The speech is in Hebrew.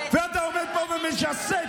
ואתה עומד פה ומשסה?